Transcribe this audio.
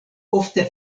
ofte